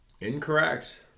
Incorrect